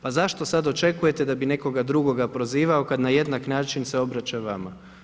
Pa zašto sad očekujete da bi nekoga druga prizvao kad na jednak način se obraća vama?